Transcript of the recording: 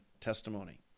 testimony